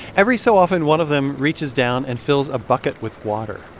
every so often, one of them reaches down and fills a bucket with water.